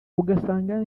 ugasanga